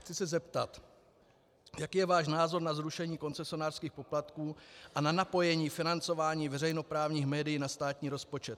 Chci se zeptat: Jaký je váš názor na zrušení koncesionářských poplatků a na napojení financování veřejnoprávních médií na státní rozpočet?